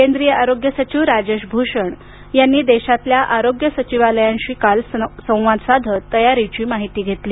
केंद्रीय आरोग्य सचिव राजेश भूषण यांनी देशातल्या आरोग्य सचिवालयांशी काल संवाद साधत तयारीची माहिती घेतली